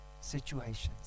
situations